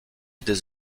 des